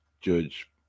Judge